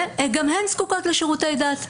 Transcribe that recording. וגם הן זקוקות לשירותי דת,